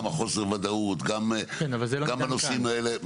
גם חוסר הוודאות, גם בנושאים האלה.